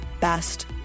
best